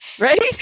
Right